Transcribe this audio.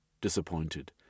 Disappointed